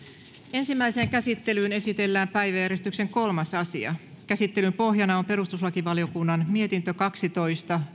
ensimmäiseen käsittelyyn esitellään päiväjärjestyksen kolmas asia käsittelyn pohjana on perustuslakivaliokunnan mietintö kaksitoista